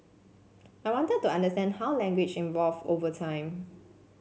I wanted to understand how language evolved over time